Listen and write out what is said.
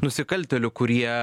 nusikaltėlių kurie